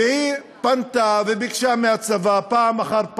והיא פנתה וביקשה מהצבא פעם אחר פעם,